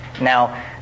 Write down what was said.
Now